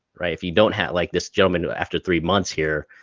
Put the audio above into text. if you don't have like this gentleman after three months here,